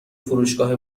فروشگاه